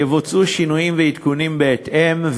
יבוצעו שינויים ועדכונים בהתאם,